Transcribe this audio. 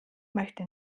möchte